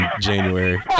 January